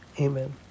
Amen